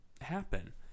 happen